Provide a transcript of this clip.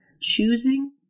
choosing